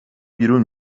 بیرون